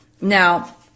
now